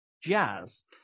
Jazz